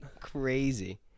Crazy